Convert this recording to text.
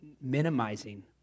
minimizing